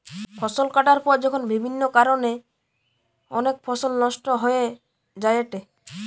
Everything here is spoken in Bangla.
ফসল কাটার পর যখন বিভিন্ন কারণে অনেক ফসল নষ্ট হয়ে যায়েটে